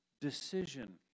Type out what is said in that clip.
decision